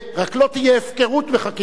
רק לא תהיה הפקרות בחקיקת הכנסת.